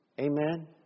Amen